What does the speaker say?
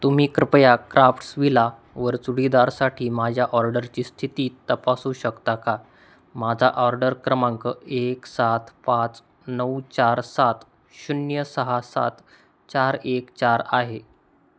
तुम्ही कृपया क्राफ्ट्स विलावर चुडीदारसाठी माझ्या ऑर्डरची स्थिती तपासू शकता का माझा ऑर्डर क्रमांक एक सात पाच नऊ चार सात शून्य सहा सात चार एक चार आहे